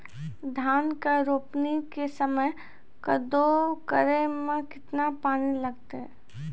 धान के रोपणी के समय कदौ करै मे केतना पानी लागतै?